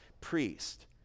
priest